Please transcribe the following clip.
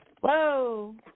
Whoa